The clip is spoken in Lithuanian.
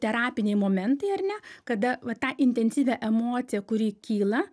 terapiniai momentai ar ne kada va tą intensyvią emociją kuri kyla